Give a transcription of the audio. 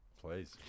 Please